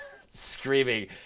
screaming